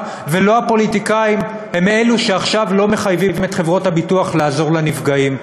ולא הפוליטיקאים הם שעכשיו לא מחייבים את חברות הביטוח לעזור לנפגעים.